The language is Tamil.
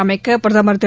அமைக்க பிரதமர் திரு